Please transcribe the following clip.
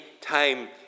time